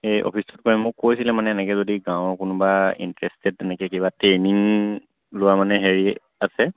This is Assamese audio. এই অফিচটোত মোক কৈছিলে মানে এনেকৈ যদি গাঁৱৰ কোনোবা ইণ্টাৰেষ্টেড তেনেকৈ কিবা ট্ৰেইনিং লোৱা মানে হেৰি আছে